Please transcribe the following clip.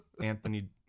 Anthony